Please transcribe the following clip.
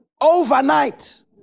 overnight